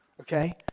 okay